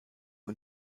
und